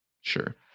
Sure